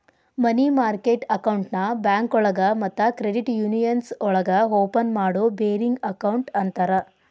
ಮನಿ market ಅಕೌಂಟ್ನ ಬ್ಯಾಂಕೋಳಗ ಮತ್ತ ಕ್ರೆಡಿಟ್ ಯೂನಿಯನ್ಸ್ ಒಳಗ ಓಪನ್ ಮಾಡೋ ಬೇರಿಂಗ್ ಅಕೌಂಟ್ ಅಂತರ